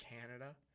Canada